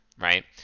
right